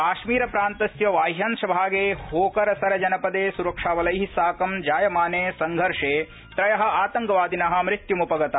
काश्मीरप्रान्तस्य बाद्यंश भागे होकरसर जनपदे सुरक्षाबलै साकं जायमाने संघर्षे त्रय आतंकवादिन मृत्युम् उपगता